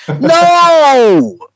No